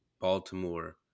Baltimore